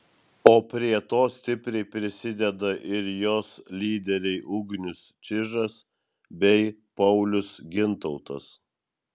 o prie to stipriai prisideda ir jos lyderiai ugnius čižas bei paulius gintautas